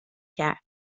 کرد